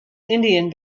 indian